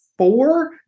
four